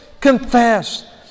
confess